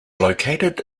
located